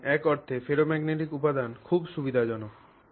সুতরাং এক অর্থে ফেরোম্যাগনেটিক উপাদান খুব সুবিধাজনক